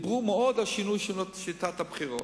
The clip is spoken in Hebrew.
דיברו הרבה על שינוי שיטת הבחירות.